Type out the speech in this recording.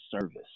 service